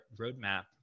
Roadmap